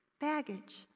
baggage